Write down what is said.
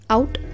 Out